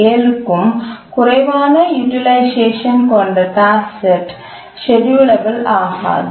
7 க்கும் குறைவான யூடில்ஐஸ்சேஷன் கொண்ட டாஸ்க்செட் ஷெட்யூலெபல் ஆகாது